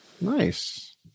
Nice